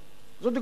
זו דוגמה אחת.